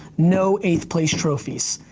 no eighth place trophies.